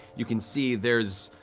you can see there's